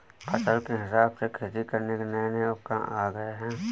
फसल के हिसाब से खेती करने के नये नये उपकरण आ गये है